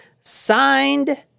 signed